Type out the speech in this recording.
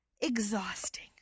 exhausting